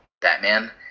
Batman